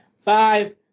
Five